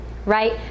right